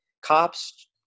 Cops